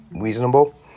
reasonable